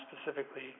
specifically